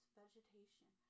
vegetation